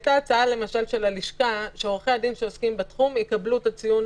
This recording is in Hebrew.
הייתה הצעה של הלשכה שעורכי הדין שעוסקים בתחום יקבלו את הציון